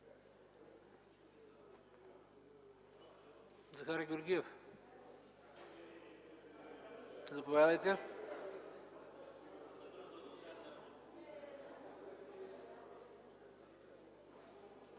Захари Георгиев. Заповядайте.